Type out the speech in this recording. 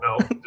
no